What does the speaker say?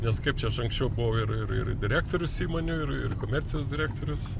nes kaip čia aš anksčiau buvo ir ir ir direktorius įmonių ir ir komercijos direktorius